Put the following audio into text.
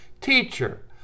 Teacher